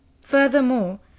Furthermore